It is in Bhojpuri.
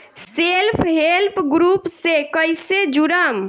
सेल्फ हेल्प ग्रुप से कइसे जुड़म?